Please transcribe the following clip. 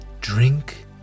Drink